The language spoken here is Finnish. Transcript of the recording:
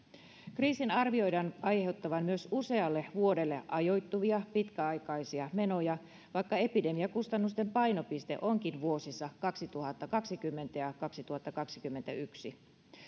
kriisin arvioidaan aiheuttavan myös usealle vuodelle ajoittuvia pitkäaikaisia menoja vaikka epidemiakustannusten painopiste onkin vuosissa kaksituhattakaksikymmentä ja kaksituhattakaksikymmentäyksi